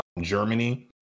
Germany